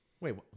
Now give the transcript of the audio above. wait